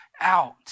out